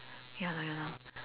ya lor ya lor